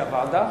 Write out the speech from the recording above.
מציע ועדה?